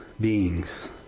beings